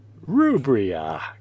rubria